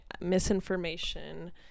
misinformation